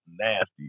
nasty